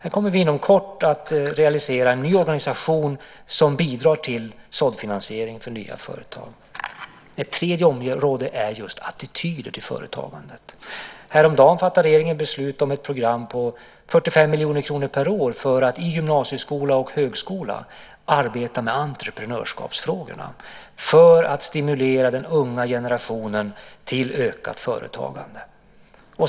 Här kommer vi inom kort att realisera en ny organisation som bidrar till såddfinansiering för nya företag. Ett tredje område är just attityder till företagandet. Häromdagen fattade regeringen beslut om ett program på 45 miljoner kronor per år för att i gymnasieskola och högskola arbeta med entreprenörskapsfrågorna för att stimulera den unga generationen till ökat företagande.